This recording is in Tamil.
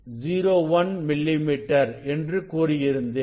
01 மில்லிமீட்டர் என்று கூறியிருந்தேன்